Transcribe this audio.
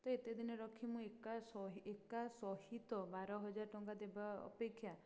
ତ ଏତେ ଦିନ ରଖି ମୁଁ ଏକା ଶହେ ଏକା ସହିତ ବାର ହଜାର ଟଙ୍କା ଦେବା ଅପେକ୍ଷା